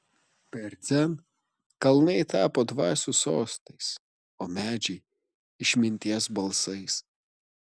per dzen kalnai tapo dvasių sostais o medžiai išminties balsais